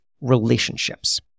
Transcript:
relationships